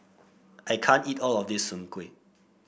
I can't eat all of this Soon Kuih